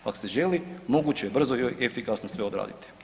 Ako se želi moguće je brzo i efikasno sve odraditi.